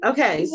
Okay